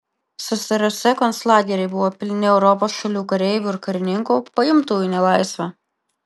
ssrs konclageriai buvo pilni europos šalių kareivių ir karininkų paimtų į nelaisvę